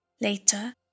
Later